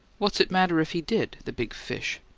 what's it matter if he did, the big fish?